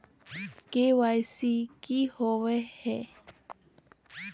KYC की हॉबे हय?